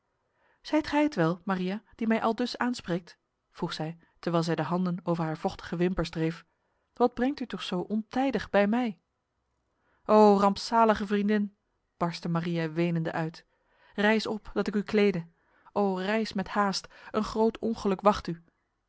zijt gij het wel maria die mij aldus aanspreekt vroeg zij terwijl zij de handen over haar vochtige wimpers dreef wat brengt u toch zo ontijdig bij mij o rampzalige vriendin barstte maria wenende uit rijs op dat ik u klede o rijs met haast een groot ongeluk wacht u